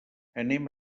anem